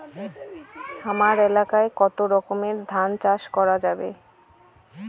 হামার এলাকায় কতো রকমের ধান চাষ করা যাবে?